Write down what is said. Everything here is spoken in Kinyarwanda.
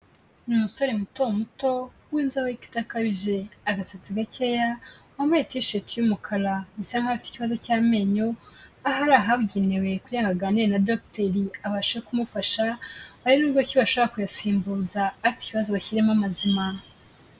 Ni umusore muto muto, w'inzobe ariko idakabije. Agasetsi gakeya, wambaye tisheti y'umukara; bisa nkaho afite ikibazo cy'amenyo, aho ari ahabugenewe, kugira ngo aganire na dogiteri abashe kumufasha, aribe buryo ki bashobora kuyasimbuza, afite kibazo bashyiremo amazima.